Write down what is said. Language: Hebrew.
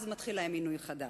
אז מתחיל להם עינוי חדש.